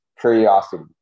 curiosity